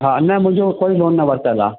हा न मुंहिंजो कोई लोन न वरतलु आहे